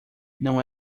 não